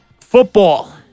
Football